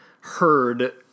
heard